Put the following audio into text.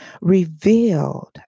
revealed